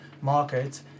market